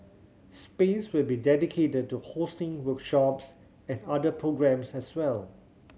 space will be dedicated to hosting workshops and other programmes as well